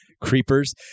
creepers